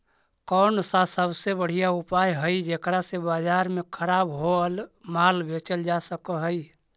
कौन सा सबसे बढ़िया उपाय हई जेकरा से बाजार में खराब होअल माल बेचल जा सक हई?